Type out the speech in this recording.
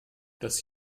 das